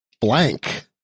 blank